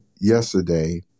yesterday